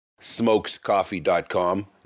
smokescoffee.com